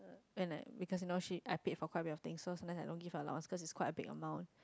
and I because you know she active for quite a lot of thing so I don't give a lot because it's quite a big amount